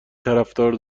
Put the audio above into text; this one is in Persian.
طرفدار